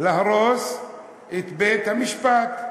להרוס את בית-המשפט.